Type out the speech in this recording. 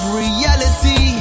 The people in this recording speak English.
reality